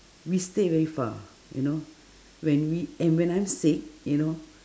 we stay very far you know when we and when I'm sick you know